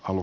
halu